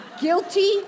Guilty